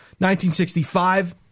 1965